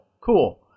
Cool